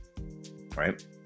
Right